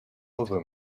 over